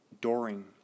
Doring